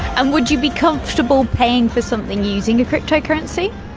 and would you be comfortable paying for something using a cryptocurrency?